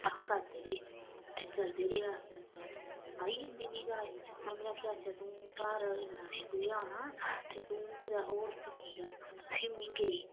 अस करदे रेह् ते चलदे रेह् आस्ता आस्ता आस्ता आस्ता आई जंदी मी जाच मम्मी ने आखेआ अच्छा तूं घर इन्ना नेईं तुगी आना ते तूं कुदै होर सिक्खी आ फ्ही में गेई